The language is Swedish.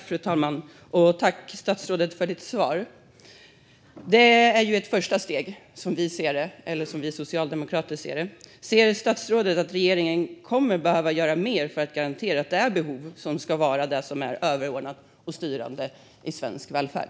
Fru talman! Jag tackar statsrådet för svaret. Detta är ett första steg, som vi socialdemokrater ser det. Ser statsrådet att regeringen kommer att behöva göra mer för att garantera att det är behovet som ska vara överordnat och styrande i svensk välfärd?